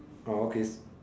orh okay